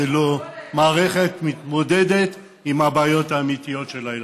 זו לא מערכת שמתמודדת עם הבעיות האמיתיות של הילדים.